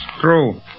True